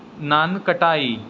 nankhatai